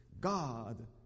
God